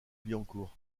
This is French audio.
billancourt